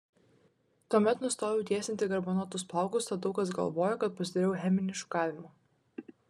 tuomet nustojau tiesinti garbanotus plaukus tad daug kas galvojo kad pasidariau cheminį šukavimą